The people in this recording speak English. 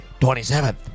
27th